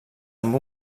amb